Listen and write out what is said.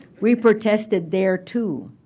we protested there, too.